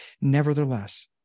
Nevertheless